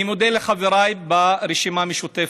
אני מודה לחבריי ברשימה המשותפת.